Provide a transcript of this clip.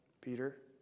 Peter